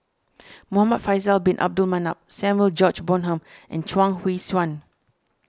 Muhamad Faisal Bin Abdul Manap Samuel George Bonham and Chuang Hui Tsuan